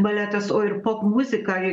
baletas o ir popmuzika